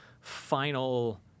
final